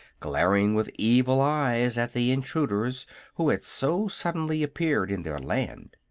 glaring with evil eyes at the intruders who had so suddenly appeared in their land.